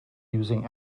using